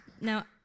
Now